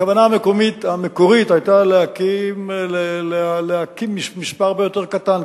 הכוונה המקורית היתה להקים מספר הרבה יותר קטן,